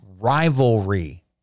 rivalry